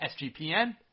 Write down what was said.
SGPN